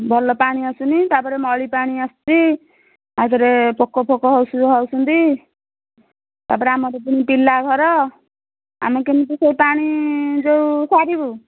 ଭଲ ପାଣି ଆସୁନି ତା'ପରେ ମଳି ପାଣି ଆସୁଛି ଆଉ ତା'ପରେ ପୋକ ଫୋକ ହେଉଥିବେ ହେଉଛନ୍ତି ତା'ପରେ ଆମର ପୁଣି ପିଲା ଘର ଆମେ କେମିତି ସେ ପାଣି ଯେଉଁ ସାରିବୁ